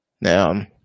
Now